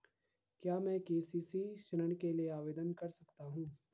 क्या मैं के.सी.सी ऋण के लिए आवेदन कर सकता हूँ?